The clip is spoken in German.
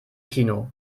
kino